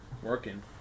Working